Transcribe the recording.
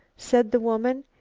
said the woman,